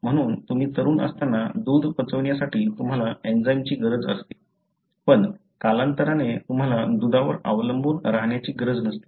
म्हणून तुम्ही तरुण असताना दूध पचवण्यासाठी तुम्हाला एंजाइमची गरज असते पण कालांतराने तुम्हाला दुधावर अवलंबून राहण्याची गरज नसते